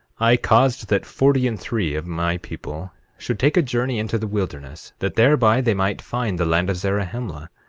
i caused that forty and three of my people should take a journey into the wilderness, that thereby they might find the land of zarahemla,